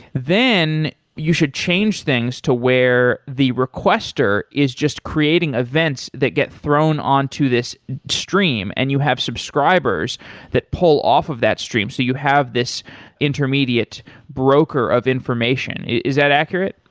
then you should change things to where the requester is just creating events that get thrown onto this stream and you have subscribers that pull off of that streams, so you have this intermediate broker of information. is that accurate?